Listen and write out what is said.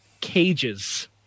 cages